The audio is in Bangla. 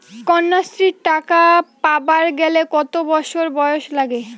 কন্যাশ্রী টাকা পাবার গেলে কতো বছর বয়স লাগে?